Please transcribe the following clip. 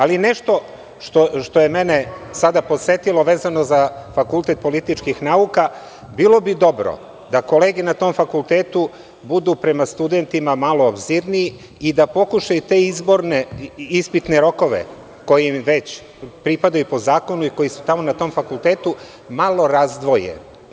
Ali, nešto što je mene sada podsetilo vezano za Fakultet političkih nauka, bilo bi dobro da kolege na tom fakultetu budu prema studentima malo obzirnije i da pokušaju te ispitne rokove, koji im već pripadaju po zakonu i koji su tamo na tom fakultetu, malo da razdvoje.